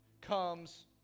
comes